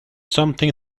something